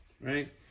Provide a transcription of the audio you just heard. right